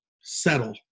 settle